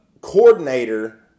coordinator